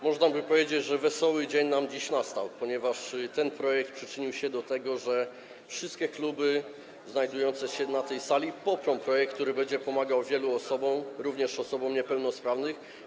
Można by powiedzieć, że wesoły dzień nam dziś nastał, ponieważ ten projekt przyczynił się do tego, że wszystkie kluby znajdujące się na tej sali poprą projekt, który będzie pomagał wielu osobom, również osobom niepełnosprawnym.